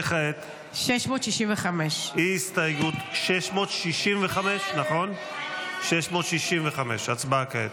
וכעת הסתייגות 665. הצבעה כעת.